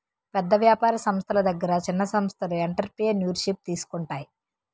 పెద్ద వ్యాపార సంస్థల దగ్గర చిన్న సంస్థలు ఎంటర్ప్రెన్యూర్షిప్ తీసుకుంటాయి